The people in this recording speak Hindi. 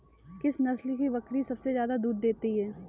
किस नस्ल की बकरी सबसे ज्यादा दूध देती है?